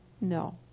No